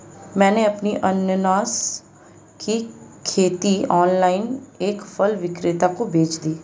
मैंने अपनी अनन्नास की खेती ऑनलाइन एक फल विक्रेता को बेच दी